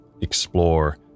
explore